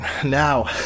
Now